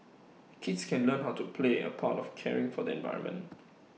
kids can learn how to play A part of caring for the environment